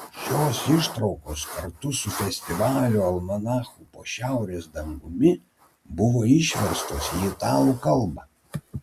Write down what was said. šios ištraukos kartu su festivalio almanachu po šiaurės dangumi buvo išverstos į italų kalbą